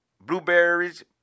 blueberries